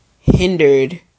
hindered